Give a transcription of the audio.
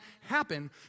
happen